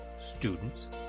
students